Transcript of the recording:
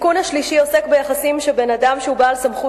התיקון השלישי עוסק ביחסים שבין אדם שהוא בעל סמכות